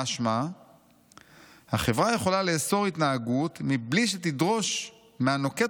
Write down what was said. משמע החברה יכולה לאסור התנהגות מבלי שתדרוש מהנוקט